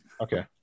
Okay